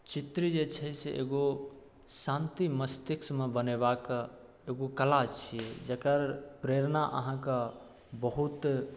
चित्र जे छै से एगो शांति मस्तिष्कमे बनयबाक एगो कला छियै जकर प्रेरणा अहाँकऽ बहुत